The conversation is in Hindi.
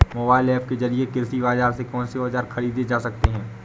मोबाइल ऐप के जरिए कृषि बाजार से कौन से औजार ख़रीदे जा सकते हैं?